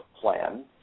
plan